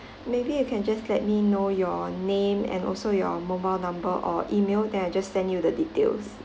maybe you can just let me know your name and also your mobile number or email then I just send you the details